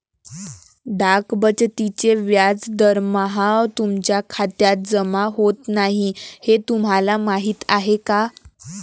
डाक बचतीचे व्याज दरमहा तुमच्या खात्यात जमा होत नाही हे तुम्हाला माहीत आहे का?